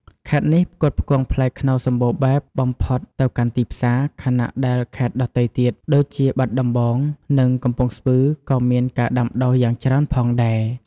ខេត្តនេះផ្គត់ផ្គង់ផ្លែខ្នុរដ៏សម្បូរបែបបំផុតទៅកាន់ទីផ្សារ ខណៈដែលខេត្តដទៃទៀតដូចជាបាត់ដំបង និងកំពង់ស្ពឺក៏មានការដាំដុះយ៉ាងច្រើនផងដែរ។